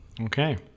Okay